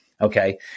Okay